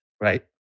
right